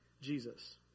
Jesus